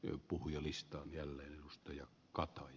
eu puhujalistaa jälleen alusta ja ed